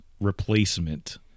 replacement